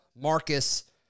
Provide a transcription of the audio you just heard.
Marcus